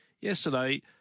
yesterday